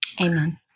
Amen